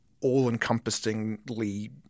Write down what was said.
all-encompassingly